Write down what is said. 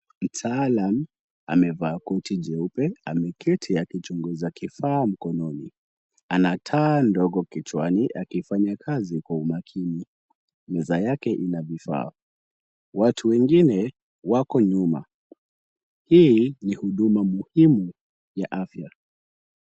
Mtaalamu amevaa koti jeupe, ameketi akichunguza kifaa mkononi. Ana taa ndogo kichwani akifanya kazi kwa umakini. Meza yake ina vifaa. Watu wengine wako nyuma. Hii ni huduma muhimu ya afya.